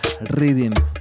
Rhythm